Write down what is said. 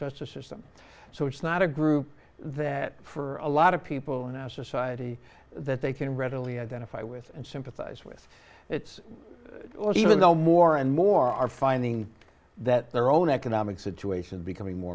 justice system so it's not a group that for a lot of people in our society that they can readily identify with and sympathize with it's even though more and more are finding that their own economic situation becoming more